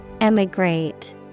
Emigrate